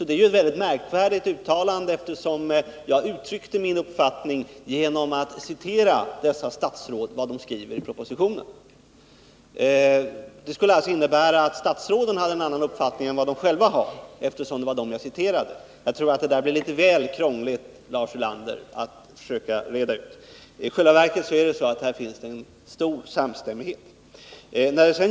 Det är ett märkligt uttalande, eftersom jag uttryckte min uppfattning genom att citera vad dessa statsråd skriver i propositionen. Det skulle alltså innebära att statsråden har en annan uppfattning än de själva har. Jag tror att det blir litet krångligt att försöka reda ut det. I själva verket råder det stor samstämmighet.